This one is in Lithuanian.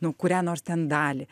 nu kurią nors ten dalį